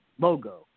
logo